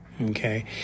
okay